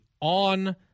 on